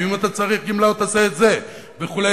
וכו',